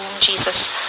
Jesus